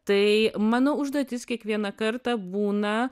tai mano užduotis kiekvieną kartą būna